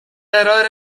قراره